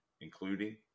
including